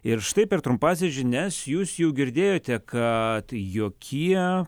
ir štai per trumpąsias žinias jūs jau girdėjote kad jokie